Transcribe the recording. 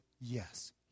yes